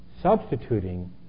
substituting